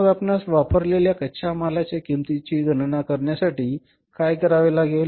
मग आपणास वापरलेल्या कच्च्या मालाच्या किंमतीची गणना करण्यासाठी काय करावे लागेल